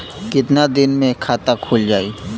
कितना दिन मे खाता खुल जाई?